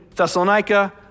Thessalonica